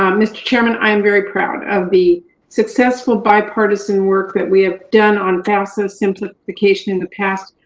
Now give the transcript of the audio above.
um mr. chairman, i am very proud of the successful bipartisan work that we have done on fafsa simplification in the past.